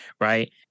Right